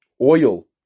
oil